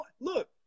Look